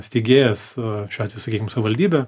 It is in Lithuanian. steigėjas šiuo atveju sakykim savivaldybė